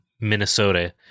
minnesota